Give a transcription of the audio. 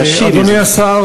אדוני השר,